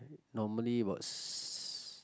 normally was